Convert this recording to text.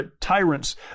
tyrants